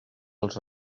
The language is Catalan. els